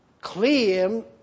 claim